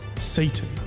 Satan